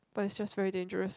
but it's just very dangerous